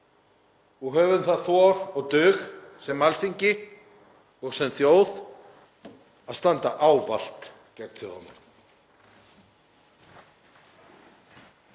og höfum það þor og þann dug sem Alþingi og sem þjóð að standa ávallt gegn þjóðarmorðum.